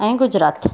ऐं गुजरात